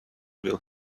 will